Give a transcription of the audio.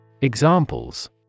Examples